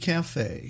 Cafe